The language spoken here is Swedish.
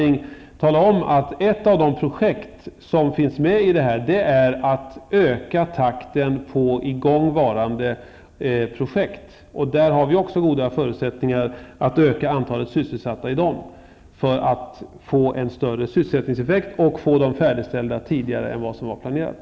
Ett av de mål som finns nu är att öka takten på igångvarande projekt. Där finns goda förutsättningar att öka antalet sysselsatta i de projekten, för att få en större sysselsättningseffekt och få dem färdiga tidigare än planerat.